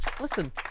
listen